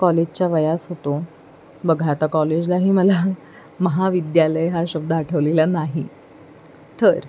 कॉलेजच्या वयास होतो बघा आता कॉलेजलाही मला महाविद्यालय हा शब्द आठवलेला नाही तर